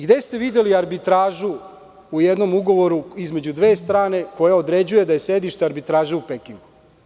Gde ste videli arbitražu u jednom ugovoru između dve strane koje određuju da je sedište arbitraže u Pekingu?